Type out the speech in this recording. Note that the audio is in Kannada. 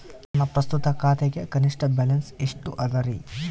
ನನ್ನ ಪ್ರಸ್ತುತ ಖಾತೆಗೆ ಕನಿಷ್ಠ ಬ್ಯಾಲೆನ್ಸ್ ಎಷ್ಟು ಅದರಿ?